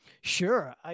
Sure